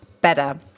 better